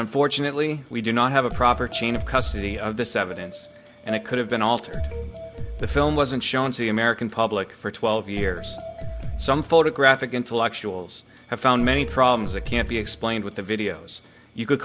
unfortunately we do not have a proper chain of custody of this evidence and it could have been altered the film wasn't shown to the american public for twelve years some photographic intellectuals have found many can't be explained with the videos you could